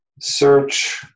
Search